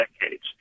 decades